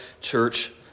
church